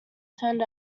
turned